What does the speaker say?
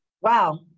wow